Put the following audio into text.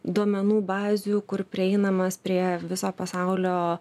duomenų bazių kur prieinamas prie viso pasaulio